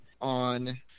on